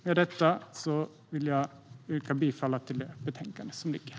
Med detta yrkar jag bifall till utskottets förslag i betänkandet.